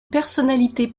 personnalité